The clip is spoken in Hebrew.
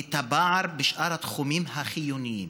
את הפער בשאר התחומים החיוניים: